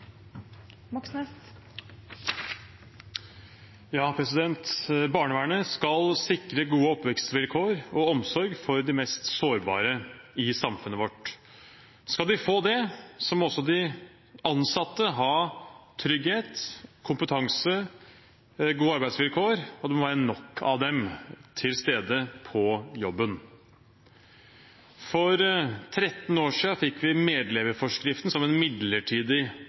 Barnevernet skal sikre gode oppvekstvilkår og omsorg for de mest sårbare i samfunnet vårt. Skal de få det, må også de ansatte ha trygghet, kompetanse og gode arbeidsvilkår, og det må være nok av dem til stede på jobben. For 13 år siden fikk vi medleverforskriften, som en midlertidig